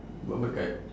buat berkat